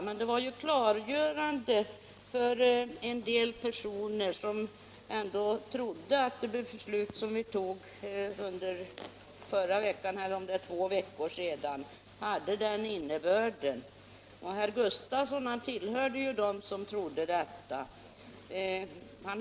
Det var emellertid klargörande för en del personer som trodde att det beslut vi fattade för en eller två veckor sedan hade den innebörden. Herr Gustafsson i Borås tillhörde ju dem som trodde att så var fallet.